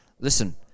Listen